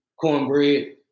cornbread